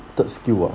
third skill 啊